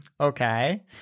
Okay